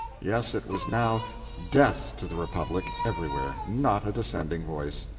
yes, it was now death to the republic! everywhere not a dissenting voice.